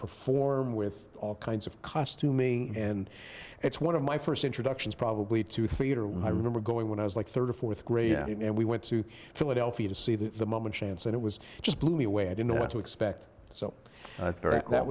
perform with all kinds of costuming and it's one of my first introductions probably to theater when i remember going when i was like third or fourth grade and we went to philadelphia to see that the moment chance and it was just blew me away i didn't know what to expect so that